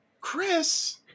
Chris